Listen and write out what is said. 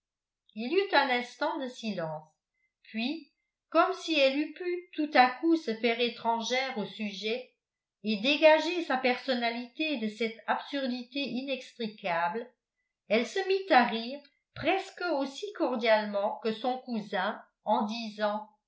il y eut un instant de silence puis comme si elle eût pu tout à coup se faire étrangère au sujet et dégager sa personnalité de cette absurdité inextricable elle se mit à rire presque aussi cordialement que son cousin en